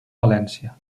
valència